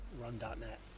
run.net